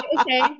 okay